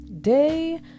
day